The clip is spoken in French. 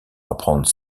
apprendre